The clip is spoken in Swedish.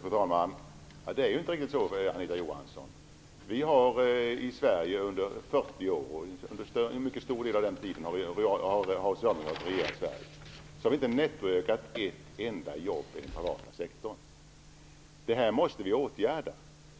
Fru talman! Det är inte riktigt så, Anita Johansson! Under en mycket stor del av en 40-årsperiod har Socialdemokraterna regerat Sverige. Under den tiden har vi inte nettoökat med ett enda jobb inom den privata sektorn. Det måste vi åtgärda.